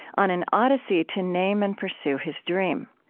on an odyssey to name and pursue his dream.